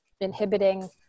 inhibiting